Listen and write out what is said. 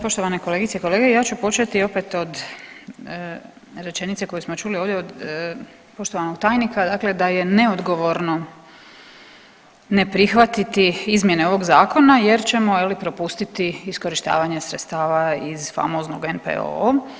Poštovane kolegice i kolege, ja ću početi opet od rečenice koju smo čuli ovdje od poštovanog tajnika dakle da je neodgovorno ne prihvatiti izmjene ovog zakona jer ćemo je li propustiti iskorištavanje sredstava iz famoznog NPOO.